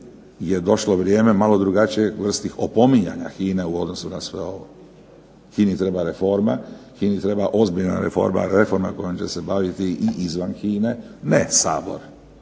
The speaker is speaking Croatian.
je došlo vrijeme malo drugačijih vrsti opominjanja HINA-e u odnosu na sve ovo. HINA-i treba reforma, HINA-i treba ozbiljna reforma, reforma kojom će se baviti i izvan HINA-e. Ne Sabor,